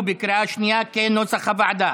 כנוסח הוועדה,